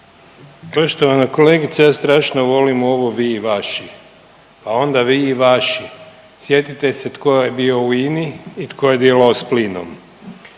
Poštovana kolegice, ja strašno volim ovo vi i vaši, pa onda vi i vaši, sjetite se tko je bio u INA-i i tko je dilao s plinom.